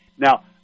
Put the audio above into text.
Now